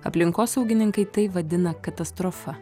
aplinkosaugininkai tai vadina katastrofa